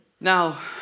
Now